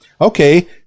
Okay